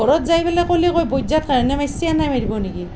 ঘৰত যাই পেলে ক'লেও কয় বজ্জাত কাৰণে মাৰছে এনেই মাৰিব নিকি